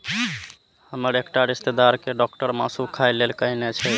हमर एकटा रिश्तेदार कें डॉक्टर मासु खाय लेल कहने छै